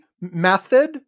method